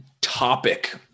topic